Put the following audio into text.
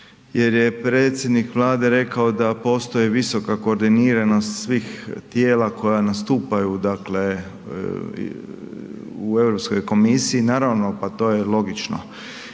jer je predsjednik Vlade rekao da postoji visoka koordiniranost svih tijela koja nastupaju dakle u Europskoj komisiji, naravno pa to je logično.